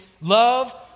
Love